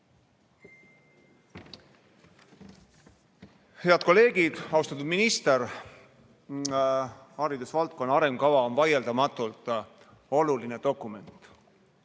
Head kolleegid! Austatud minister! Haridusvaldkonna arengukava on vaieldamatult oluline dokument.